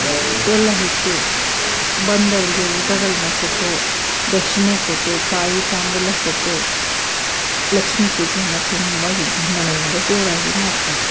ಎಲ್ಲ ಹಿಟ್ಟು ಬಂದವರಿಗೆ ಊಟಗಳನ್ನ ಕೊಟ್ಟು ದಕ್ಷಿಣೆ ಕೊಟ್ಟು ಕಾಯಿ ತಾಂಬೂಲ ಕೊಟ್ಟು ಲಕ್ಷ್ಮಿ ಪೂಜೆನ ತುಂಬ ವಿಜೃಂಭಣೆಯಿಂದ ಜೋರಾಗಿ ಮಾಡ್ತಾರೆ